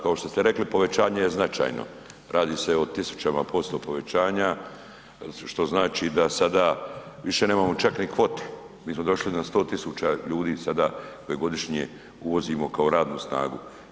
Kao što ste rekli, povećanje je značajno, radi se o tisućama posto povećanja, što znači da sada više nemamo čak ni kvote, mi smo došli na 100 000 ljudi sada koje godišnje uvozimo kao radnu snagu.